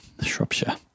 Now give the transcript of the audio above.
Shropshire